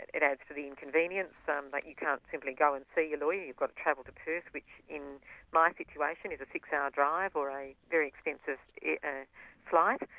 it it adds to the inconvenience, um but you can't simply go and see your lawyer, you've got to travel to perth, which in my situation is a six-hour drive, or a very expensive ah flight.